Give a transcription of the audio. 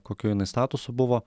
kokiu jinai statusu buvo